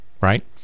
right